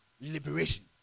liberation